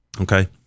Okay